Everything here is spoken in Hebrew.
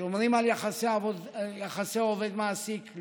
שומרים על יחסי עובד מעסיק,